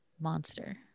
Monster